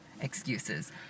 Excuses